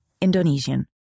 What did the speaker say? Indonesian